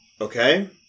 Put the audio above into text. Okay